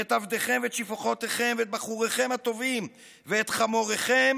ואת עבדיכם ואת שפחותיכם ואת בחוריכם הטובים ואת חמוריכם